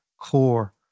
core